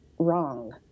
wrong